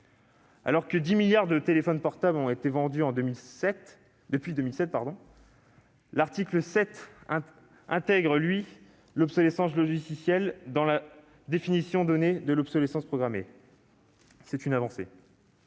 Alors que 10 milliards de téléphones portables ont été vendus depuis 2007, l'article 7 intègre l'obsolescence logicielle dans la définition donnée à l'obsolescence programmée. C'est une avancée.